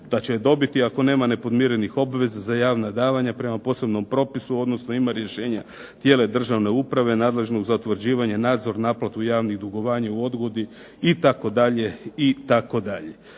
da će je dobiti ako nema nepodmirenih obveza za javna davanja prema posebnom propisu, odnosno ima rješenja tijela državne uprave nadležnu za utvrđivanje nadzor, naplatu javnih dugovanja u odgodi itd. Kada